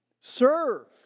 serve